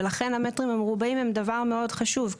ולכן המטרים המרובעים הם דבר מאוד חשוב.